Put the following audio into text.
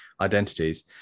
identities